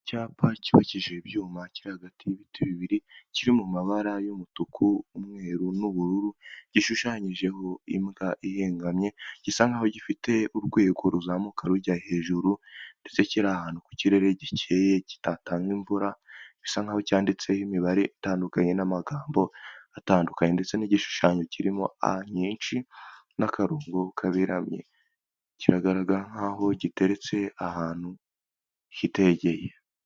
icyapa cyubakikijije ibyuma kiri hagati y'ibiti bibiri. Kiri mu mabara y'umutuku, umweru n'ubururu. Gishushanyijeho imbwa ihengamye, gisa nk'aho gifite urwego ruzamuka rujya hejuru ndetse kiri ahantu ku kirere gikeye kitatanga imvura. Bisa nk'aho cyanditseho imibare itandukanye n'amagambo atandukanye. Ndetse n'igishushanyo kirimo A nyinshi n'akarongo kaberamye. Kiragaragara nk'aho giteretse ahantu hitegeye.